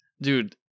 dude